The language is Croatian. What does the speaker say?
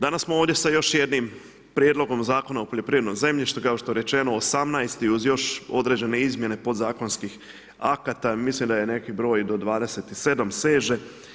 Danas smo ovdje sa još jednim prijedlogom Zakona o poljoprivrednom zemljištu, kao što je rečeno 18. uz još određene izmjene podzakonskih akata i mislim da je neki broj do 27 seže.